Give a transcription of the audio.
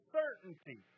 certainty